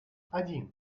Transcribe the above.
один